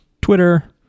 Twitter